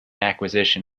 acquisition